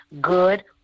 good